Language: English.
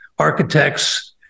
architects